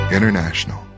International